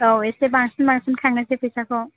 औ एसे बांसिन बांसिन खांनोसै फैसाखौ